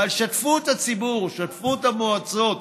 אבל שתפו את הציבור, שתפו את המועצות.